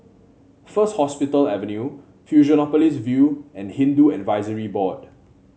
First Hospital Avenue Fusionopolis View and Hindu Advisory Board